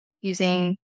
using